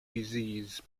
disease